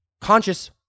conscious